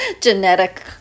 genetic